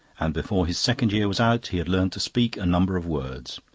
and before his second year was out he had learnt to speak a number of words.